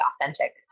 authentic